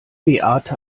beate